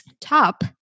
Top